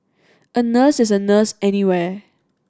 a nurse is a nurse anywhere